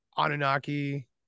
Anunnaki